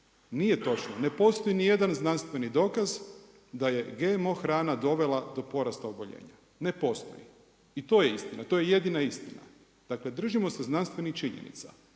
nije točno. Ne postoji niti jedan znanstveni dokaz da je GMO hrana dovela do porasta oboljenja, ne postoji. I to je istina, to je jedina istina. Dakle držimo se znanstvenih činjenica.